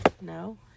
No